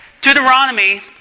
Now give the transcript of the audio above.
Deuteronomy